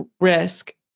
risk